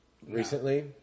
recently